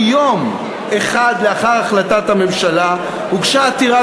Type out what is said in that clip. כי יום אחד לאחר החלטת הממשלה הוגשה עתירה